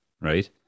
Right